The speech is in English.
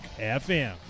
FM